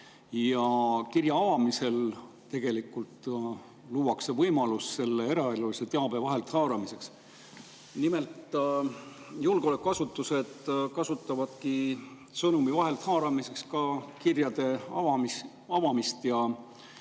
kirja avamisel tegelikult luuakse võimalus selle eraelulise teabe vahelt haaramiseks. Nimelt, julgeolekuasutused kasutavadki sõnumi vahelt haaramiseks kirjade avamist.